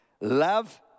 Love